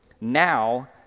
Now